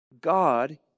God